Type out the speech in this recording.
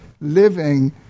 living